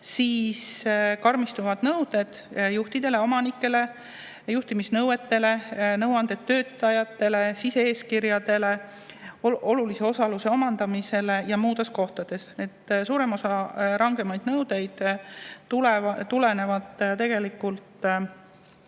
siis karmistuvad nõuded juhtidele, omanikele, juhtimisele, töötajatele, sise-eeskirjadele, olulise osaluse omandamisele ja muule. Suurem osa rangemaid nõudeid tuleneb tegelikult